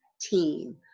team